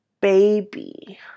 baby